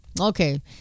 okay